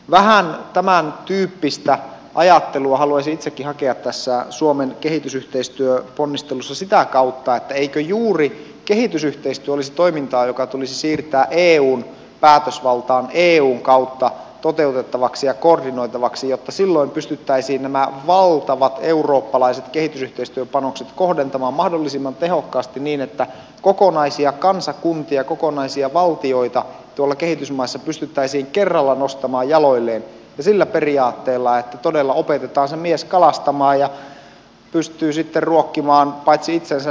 vähän tämäntyyppistä ajattelua haluaisin itsekin hakea tässä suomen kehitysyhteistyöponnistelussa sitä kautta että eikö juuri kehitysyhteistyö olisi toimintaa joka tulisi siirtää eun päätösvaltaan eun kautta toteutettavaksi ja koordinoitavaksi jotta silloin pystyttäisiin nämä valtavat eurooppalaiset kehitysyhteistyöpanokset kohdentamaan mahdollisimman tehokkaasti niin että kokonaisia kansakuntia kokonaisia valtioita tuolla kehitysmaissa pystyttäisiin kerralla nostamaan jaloilleen ja sillä periaatteella että todella opetetaan se mies kalastamaan ja hän pystyy sitten ruokkimaan paitsi itsensä myös kansakuntansa tulevaisuudessa